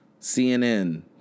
CNN